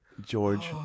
George